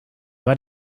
war